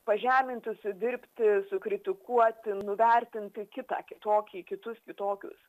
pažeminti sudirbti sukritikuoti nuvertinti kitą kitokį kitus kitokius